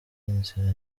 inzira